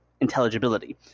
intelligibility